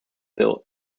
built